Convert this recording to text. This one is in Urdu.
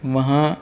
وہاں